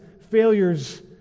failures